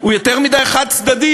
הוא יותר מדי חד-צדדי,